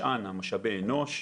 משאבי אנוש,